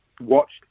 watched